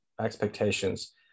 expectations